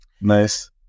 Nice